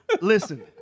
Listen